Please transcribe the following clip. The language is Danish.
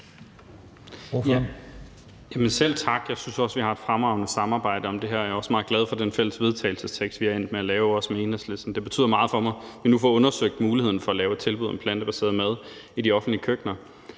selv tak. Jeg synes også, vi har haft et fremragende samarbejde om det her, og jeg er også meget glad for den fælles vedtagelsestekst, vi er endt med at lave, også med Enhedslisten. Det betyder meget for mig, at vi nu får undersøgt muligheden for at lave et tilbud om plantebaseret mad i de offentlige køkkener.